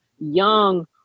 young